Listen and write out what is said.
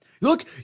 Look